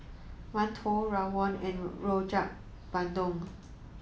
Mantou Rawon and Rojak Bandung